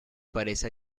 parece